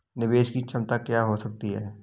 निवेश की क्षमता क्या हो सकती है?